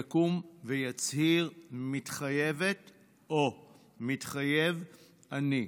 יקום ויצהיר: "מתחייבת אני" או "מתחייב אני".